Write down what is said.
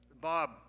Bob